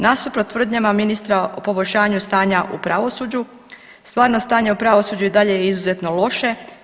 Nasuprot tvrdnjama ministra o poboljšanju stanja u pravosuđu, stvarno stanje u pravosuđu i dalje je izuzetno loše.